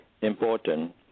important